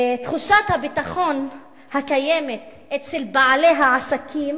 תחושת הביטחון הקיימת אצל בעלי העסקים